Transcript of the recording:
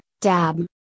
DAB